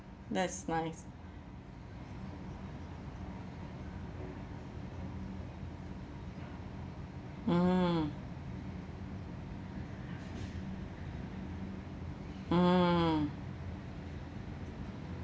that's nice mm mm